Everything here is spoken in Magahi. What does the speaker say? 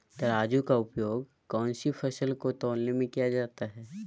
तराजू का उपयोग कौन सी फसल को तौलने में किया जाता है?